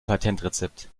patentrezept